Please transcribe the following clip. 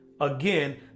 again